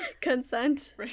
Consent